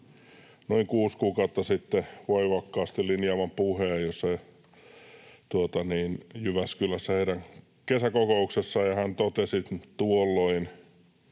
noin kuusi kuukautta sitten voimakkaasti linjaavan puheen Jyväskylässä heidän kesäkokouksessaan, ja hän totesi tuolloin: